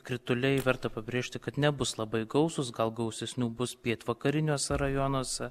krituliai verta pabrėžti kad nebus labai gausūs gal gausesnių bus pietvakariniuose rajonuose